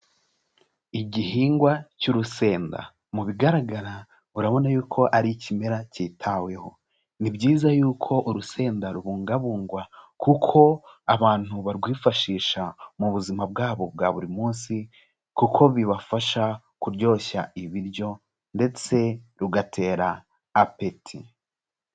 Igihingwa cy'urusenda, mu bigaragara urabona y'uko ari ikimera cyitaweho, ni byiza y'uko urusenda rubungwabungwa kuko abantu barwifashisha mu buzima bwabo bwa buri munsi kuko bibafasha kuryoshya ibiryo ndetse rugatera apeti.